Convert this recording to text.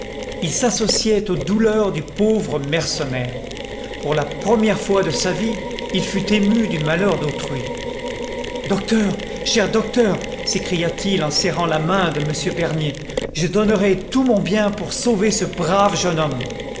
il s'associait aux douleurs du pauvre mercenaire pour la première fois de sa vie il fut ému du malheur d'autrui docteur cher docteur s'écria-t-il en serrant la main de m dernier je donnerais tout mon bien pour sauver ce brave jeune homme